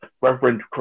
reverend